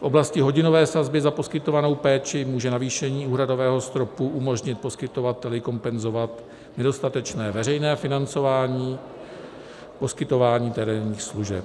V oblasti hodinové sazby za poskytovanou péči může navýšení úhradového stropu umožnit poskytovateli kompenzovat nedostatečné veřejné financování poskytování terénních služeb